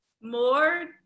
More